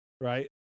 right